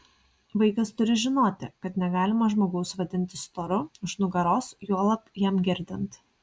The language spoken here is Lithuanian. vaikas turi žinoti kad negalima žmogaus vadinti storu už nugaros juolab jam girdint